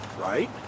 right